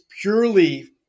purely